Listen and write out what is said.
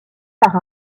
par